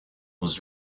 was